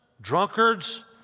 drunkards